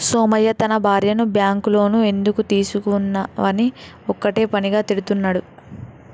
సోమయ్య తన భార్యను bank loan ఎందుకు తీసుకున్నవని ఒక్కటే పనిగా తిడుతున్నడు